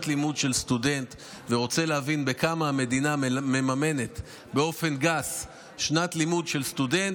סטודנט ורוצה להבין בכמה המדינה מממנת באופן גס שנת לימוד של סטודנט,